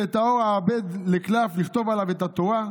ואת העור אעבד לקלף לכתוב עליו את התורה.